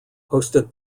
hosted